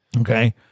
Okay